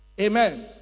Amen